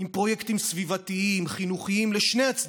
עם פרויקטים סביבתיים-חינוכיים לשני הצדדים.